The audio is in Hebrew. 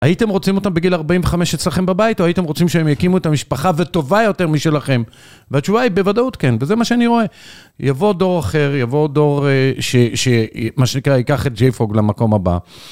הייתם רוצים אותם בגיל 45 אצלכם בבית, או הייתם רוצים שהם יקימו את המשפחה וטובה יותר משלכם? והתשובה היא, בוודאות כן, וזה מה שאני רואה. יבוא דור אחר, יבוא דור ש... מה שנקרא, ייקח את ג'ייפרוג למקום הבא.